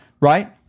right